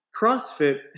CrossFit